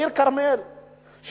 העיר כרמיאל,